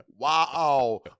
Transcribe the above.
Wow